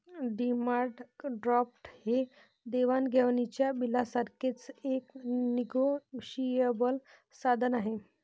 demand draft हे देवाण घेवाणीच्या बिलासारखेच एक निगोशिएबल साधन आहे